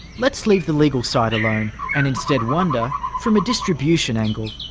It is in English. let's leave the legal side alone, and instead wonder, from a distribution angle,